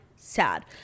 sad